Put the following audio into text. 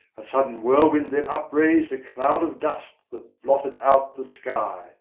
a sudden whirlwind then upraised a cloud of dust that blotted out the sky,